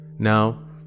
Now